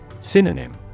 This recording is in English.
Synonym